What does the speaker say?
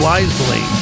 Wisely